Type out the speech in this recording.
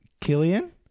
Killian